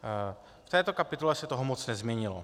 V této kapitole se toho moc nezměnilo.